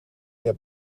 heb